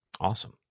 Awesome